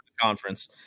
conference